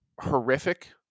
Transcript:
horrific